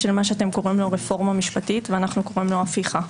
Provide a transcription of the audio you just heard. של מה שאתם קוראים לו רפורמה משפטית ואנחנו קוראים לו הפיכה.